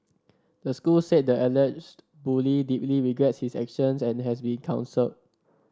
the school said the alleged bully deeply regrets his actions and has been counselled